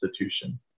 institution